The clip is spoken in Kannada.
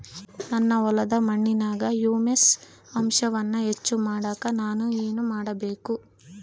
ನನ್ನ ಹೊಲದ ಮಣ್ಣಿನಾಗ ಹ್ಯೂಮಸ್ ಅಂಶವನ್ನ ಹೆಚ್ಚು ಮಾಡಾಕ ನಾನು ಏನು ಮಾಡಬೇಕು?